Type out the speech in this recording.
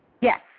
Yes